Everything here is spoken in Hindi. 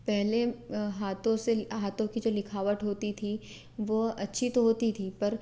पहले हाथों से हाथों की जो लिखावट होती थी वो अच्छी तो होती थी पर